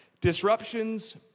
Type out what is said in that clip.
Disruptions